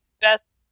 best